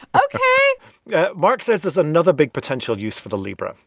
ok mark says there's another big potential use for the libra,